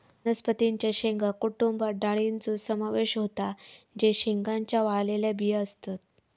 वनस्पतीं च्या शेंगा कुटुंबात डाळींचो समावेश होता जे शेंगांच्या वाळलेल्या बिया असतत